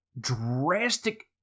drastic